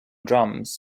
drums